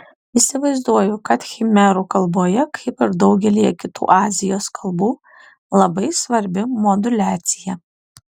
įsivaizduoju kad khmerų kalboje kaip ir daugelyje kitų azijos kalbų labai svarbi moduliacija